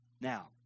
Now